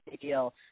deal